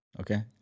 Okay